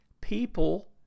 people